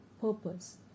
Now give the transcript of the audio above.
purpose